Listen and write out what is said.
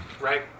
right